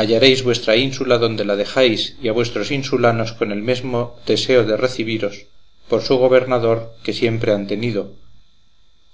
hallaréis vuestra ínsula donde la dejáis y a vuestros insulanos con el mesmo deseo de recebiros por su gobernador que siempre han tenido